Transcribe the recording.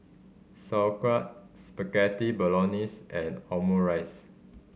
Sauerkraut Spaghetti Bolognese and Omurice